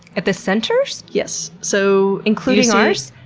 at the centers? yes, so including ours?